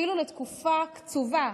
אפילו לתקופה קצובה,